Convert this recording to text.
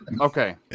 okay